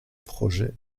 projet